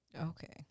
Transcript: Okay